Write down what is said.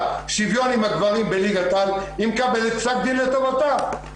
שוויון עם הדברים היא מקבלת פסק דין לטובתה,